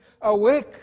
Awake